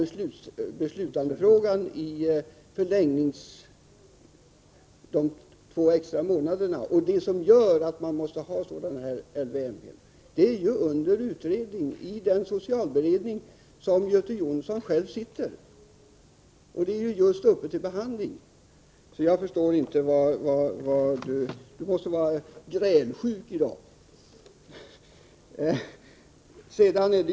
Beslutfrågan beträffande de två extra månaderna och frågan om varför man måste ha sådana här LVM-hem som tas upp här är ju föremål för utredning i den socialberedning som Göte Jonsson sitter i. Göte Jonsson måste vara grälsjuk i dag.